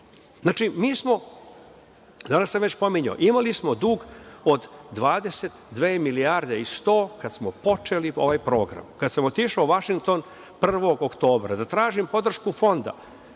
mi. Znači, mi smo, danas sam već pominjao, imali smo dug od 22 milijarde i 100 kad smo počeli ovaj program. Kada sam otišao u Vašington 1. oktobra da tražim podršku Fonda